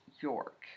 York